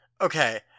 okay